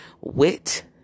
wit